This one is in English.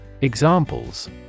Examples